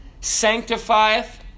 sanctifieth